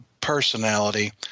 personality